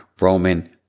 Roman